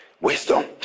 wisdom